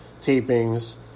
tapings